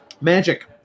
magic